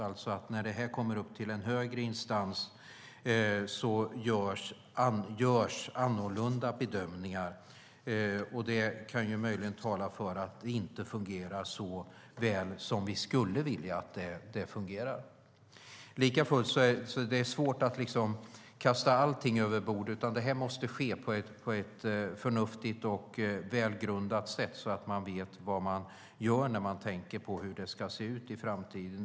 När ärendet kommer upp till en högre instans görs annorlunda bedömningar. Det kan möjligen tala för att det inte fungerar så väl som vi skulle vilja. Likafullt är det svårt att kasta allting över bord, utan det måste ske på ett förnuftigt och välgrundat sätt så att man vet vad man gör med tanke på framtiden.